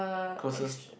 closers